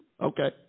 Okay